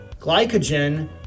Glycogen